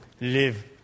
live